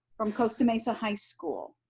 from costa mesa high school.